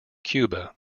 cuba